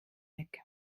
weg